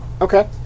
Okay